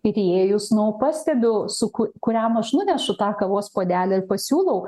kaip įėjus nu pastebiu su ku kuriam aš nunešu tą kavos puodelį ir pasiūlau